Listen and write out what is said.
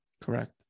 Correct